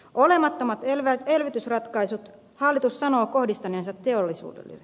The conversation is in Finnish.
olemattomat elvytysratkaisut hallitus sanoo kohdistaneensa teollisuudelle